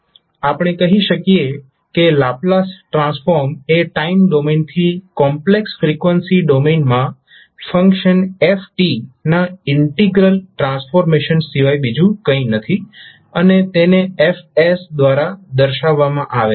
આપણે કહી શકીએ કે લાપ્લાસ ટ્રાન્સફોર્મ એ ટાઈમ ડોમેનથી કોમ્પ્લેક્સ ફ્રીક્વન્સી ડોમેનમાં ફંક્શન f ના ઈન્ટીગ્રલ ટ્રાન્સફોર્મેશન સિવાય બીજું કંઈ નથી અને તેને F દ્વારા દર્શાવવામાં આવે છે